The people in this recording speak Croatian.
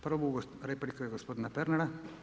Prva replika je gospodina Pernara.